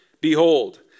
Behold